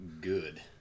Good